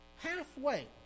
halfway